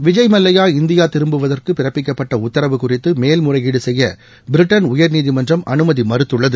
Vijay Mallya India திரும்புவதற்கு பிறப்பிக்கப்பட்ட உத்தரவு குறித்து மேல் முறையீடு செய்ய பிரிட்டன் உயர்நீதிமன்றம் அனுமதி மறுத்துள்ளது